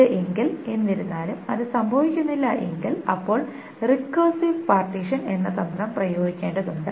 ഇത് എങ്കിൽ എന്നിരുന്നാലും അത് സംഭവിക്കുന്നില്ല എങ്കിൽ അപ്പോൾ റിക്കർസീവ് പാർട്ടീഷൻ എന്ന തന്ത്രം ഉപയോഗിക്കേണ്ടതുണ്ട്